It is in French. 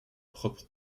propre